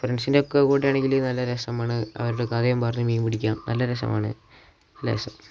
ഫ്രണ്ട്സിൻ്റെയൊക്കെ കൂടെ ആണെങ്കിൽ നല്ല രസമാണ് അവരുടെ കഥയും പറഞ്ഞു മീൻ പിടിക്കാം നല്ല രസമാണ് നല്ല രസം